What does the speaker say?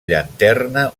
llanterna